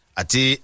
ati